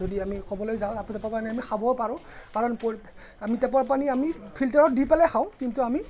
যদি আমি ক'বলৈ যাওঁ তাৰ টেপৰ পানী আমি খাবও পাৰোঁ কাৰণ পৰি আমি টেপৰ পানী আমি ফিল্টাৰত দি পেলাই খাওঁ কিন্তু আমি